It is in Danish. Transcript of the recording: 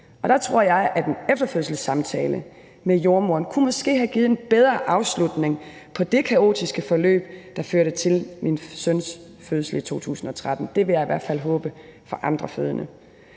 Der tror jeg, at en efterfødselssamtale med jordemoderen måske kunne have givet en bedre afslutning på det kaotiske forløb, der førte til min søns fødsel i 2013. Det vil jeg i hvert fald håbe for andre fødende.